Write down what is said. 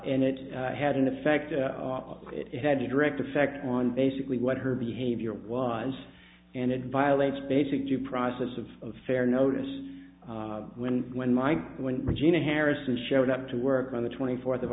and it had an effect it had a direct effect on basically what her behavior was and it violates basic due process of fair notice when when my when regina harrison showed up to work on the twenty fourth of